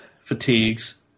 fatigues